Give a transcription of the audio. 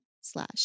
slash